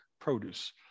produce